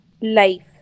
life